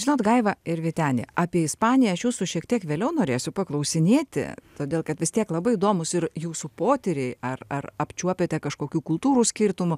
žinot gaiva ir vyteni apie ispaniją aš jūsų šiek tiek vėliau norėsiu paklausinėti todėl kad vis tiek labai įdomūs ir jūsų potyriai ar ar apčiuopiate kažkokių kultūrų skirtumų